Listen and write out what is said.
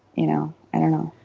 you know, i don't know.